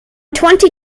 twenty